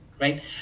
right